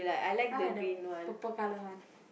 I like the purple colour one